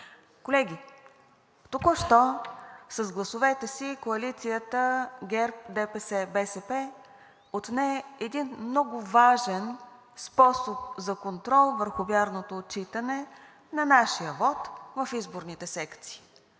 Колеги, току-що с гласовете си коалицията ГЕРБ, ДПС, БСП отне един много важен способ за контрол върху вярното отчитане на нашия вот в изборните секции,